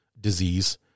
disease